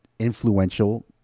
influential